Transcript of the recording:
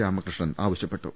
രാമകൃഷ്ണൻ ആവശ്യപ്പെട്ടു